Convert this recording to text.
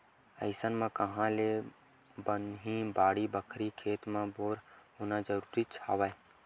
अइसन म काँहा ले बनही बाड़ी बखरी, खेत म बोर होना जरुरीच हवय